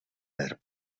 verb